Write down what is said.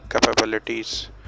capabilities